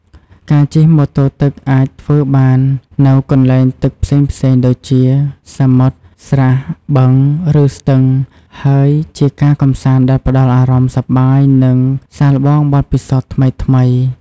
ការជិះម៉ូតូទឹកអាចធ្វើបាននៅកន្លែងទឹកផ្សេងៗដូចជា សមុទ្រ ស្រះ បឹង ឬស្ទឹង ហើយជាការកម្សាន្តដែលផ្តល់អារម្មណ៍សប្បាយ និងសាកល្បងបទពិសោធន៍ថ្មីៗ។